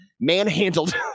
manhandled